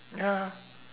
ya